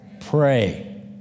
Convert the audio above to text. Pray